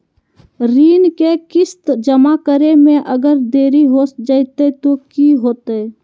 ऋण के किस्त जमा करे में अगर देरी हो जैतै तो कि होतैय?